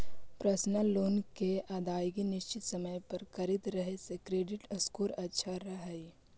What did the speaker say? personal loan के अदायगी निश्चित समय पर करित रहे से क्रेडिट स्कोर अच्छा रहऽ हइ